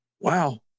wow